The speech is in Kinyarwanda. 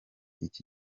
iki